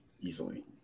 Easily